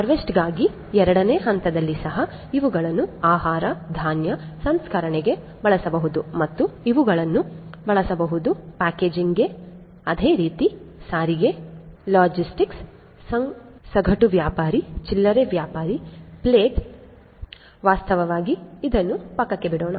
ಕೊಯ್ಲುಗಾಗಿ 2 ನೇ ಹಂತದಲ್ಲೂ ಸಹ ಇವುಗಳನ್ನು ಆಹಾರ ಧಾನ್ಯ ಸಂಸ್ಕರಣೆಗೆ ಬಳಸಬಹುದು ಮತ್ತೆ ಇವುಗಳನ್ನು ಬಳಸಬಹುದು ಪ್ಯಾಕೇಜಿಂಗ್ಗೆ ಅದೇ ರೀತಿ ಸಾರಿಗೆ ಲಾಜಿಸ್ಟಿಕ್ಸ್ ಸಗಟು ವ್ಯಾಪಾರಿ ಚಿಲ್ಲರೆ ವ್ಯಾಪಾರಿ ಪ್ಲೇಟ್ ವಾಸ್ತವವಾಗಿ ಇದನ್ನು ಪಕ್ಕಕ್ಕೆ ಬಿಡೋಣ